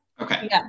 Okay